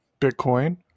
Bitcoin